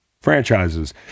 franchises